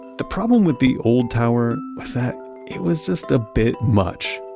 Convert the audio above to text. the problem with the old tower was that it was just a bit much.